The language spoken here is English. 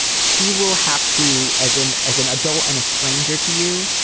he will have to as an as an adult and a stranger to you,